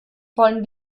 wollen